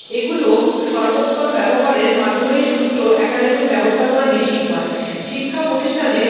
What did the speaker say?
এগুলোর সর্বোত্তম ব্যবহারের মাধ্যমেই সুষ্ঠ অ্যাকাডেমিক ব্যবস্থাপনা নিশ্চিত হয় শিক্ষা প্রতিষ্ঠানের